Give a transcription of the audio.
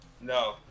no